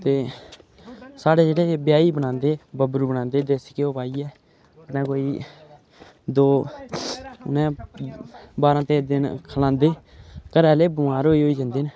ते साढ़े जेह्ड़े ब्याह् गी बनांदे बबरू बनांदे देसी घ्यौ पाइयै कन्नै कोई दौ न बारां तेरां दिन खलांदे घरै आह्ले बमार होई होई जंदे न